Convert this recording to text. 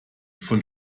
von